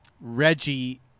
Reggie